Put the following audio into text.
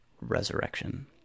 resurrection